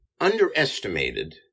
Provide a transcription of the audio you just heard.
underestimated